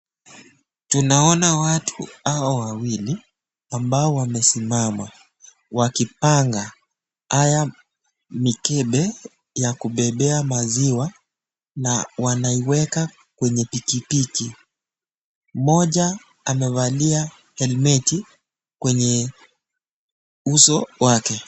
Tunaona watu hawa wawili ambao wamesimama wakipanga haya mikebe ya kubebea maziwa na wanaiweka kwenye pikipiki. Mmoja amevalia helmeti kwenye uso wake.